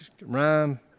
rhyme